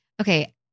Okay